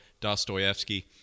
Dostoevsky